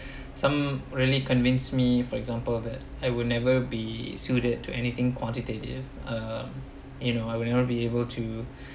some really convinced me for example that I will never be suited to anything quantitative um you know I will never be able to